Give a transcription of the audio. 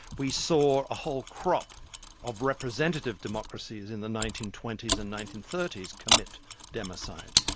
we saw a whole crop of representative democracies in the nineteen twenty s and nineteen thirty s commit democide.